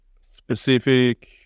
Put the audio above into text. specific